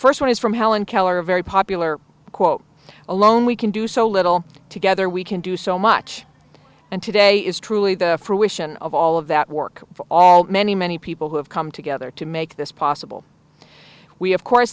first one is from helen keller a very popular quote alone we can do so little together we can do so much and today is truly the fruition of all of that work all the many many people who have come together to make this possible we of course